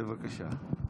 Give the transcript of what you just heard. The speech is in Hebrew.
בבקשה.